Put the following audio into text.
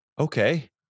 Okay